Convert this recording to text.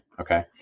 Okay